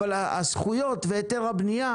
אבל הזכויות והיתר הבנייה